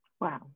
Wow